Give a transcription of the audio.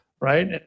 right